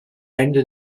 ende